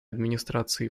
администрации